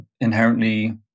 inherently